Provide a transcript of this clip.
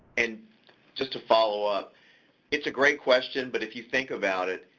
and just to follow-up, it's a great question, but if you think about it,